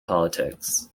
politics